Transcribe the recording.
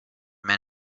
men